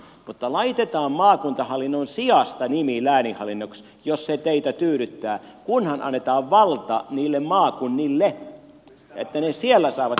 mutta laitetaan maakuntahallinnon sijasta nimi lääninhallinnoksi jos se teitä tyydyttää kunhan annetaan valta niille maakunnille että ne siellä saavat